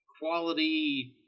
quality